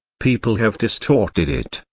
people have distorted it,